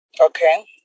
Okay